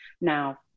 Now